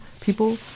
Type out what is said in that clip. people